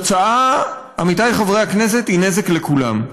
והתוצאה, עמיתיי חברי הכנסת, היא נזק לכולם.